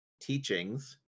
teachings